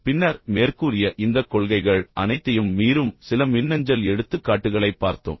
பின்னர் மேற்கூறிய இந்தக் கொள்கைகள் அனைத்தையும் மீறும் சில மின்னஞ்சல் எடுத்துக்காட்டுகளைப் பார்த்தோம்